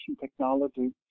technology